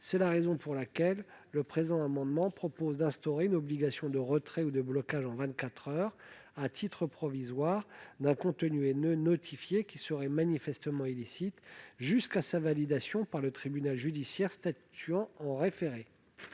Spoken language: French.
C'est la raison pour laquelle nous proposons d'instaurer une obligation de retrait ou de blocage en vingt-quatre heures, à titre provisoire, d'un contenu haineux notifié qui serait manifestement illicite, jusqu'à la validation par le tribunal judiciaire statuant en référé.